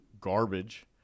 garbage